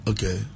Okay